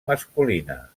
masculina